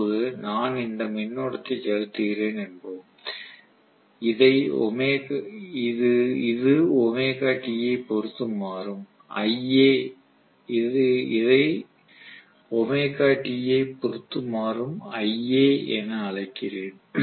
இப்போது நான் இந்த மின்னோட்டத்தை செலுத்துகிறேன் என்போம் இதை ωt ஐ பொறுத்து மாறும் Ia என அழைக்கிறேன்